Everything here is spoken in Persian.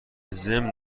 ضمن